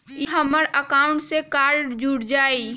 ई हमर अकाउंट से कार्ड जुर जाई?